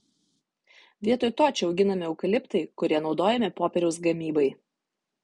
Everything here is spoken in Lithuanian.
vietoj to čia auginami eukaliptai kurie naudojami popieriaus gamybai